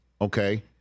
Okay